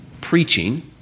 preaching